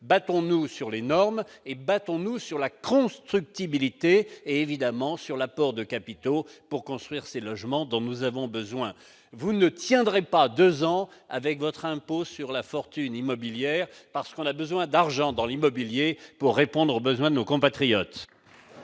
battons-nous sur les normes, battons-nous sur la constructibilité et bien évidemment sur l'apport de capitaux pour construire ces logements dont nous avons besoin ! Vous ne tiendrez pas deux ans avec votre impôt sur la fortune immobilière, parce qu'on a besoin d'argent dans l'immobilier pour répondre aux besoins de nos compatriotes